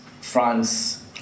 France